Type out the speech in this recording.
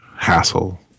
hassle